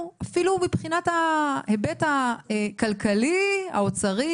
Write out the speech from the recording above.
אפילו מבחינת ההיבט הכלכלי-האוצרי,